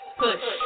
push